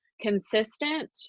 consistent